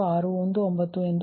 0103 ಕೋನ ಮೈನಸ್ 2